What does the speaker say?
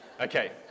Okay